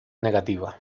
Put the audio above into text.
negativa